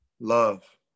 Love